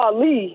Ali